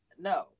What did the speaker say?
no